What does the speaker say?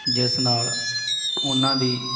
ਜਿਸ ਨਾਲ ਉਹਨਾਂ ਦੀ